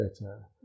Better